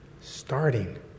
starting